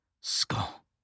skull